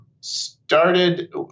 started